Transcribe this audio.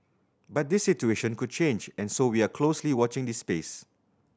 but this situation could change and so we are closely watching this space